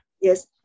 Yes